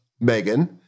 Megan